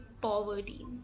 poverty